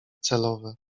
celowe